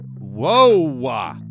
Whoa